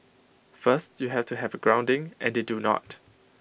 first you have to have A grounding and they do not